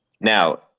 now